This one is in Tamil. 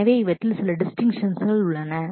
எனவே இவற்றில் சில டிஸ்டின்க்ஷன் distinctions உள்ளன